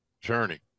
journey